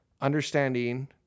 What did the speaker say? understanding